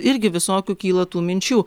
irgi visokių kyla tų minčių